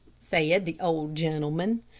said the old gentleman.